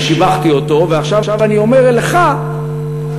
אני שיבחתי אותו, ועכשיו אני אומר לך להמשיך.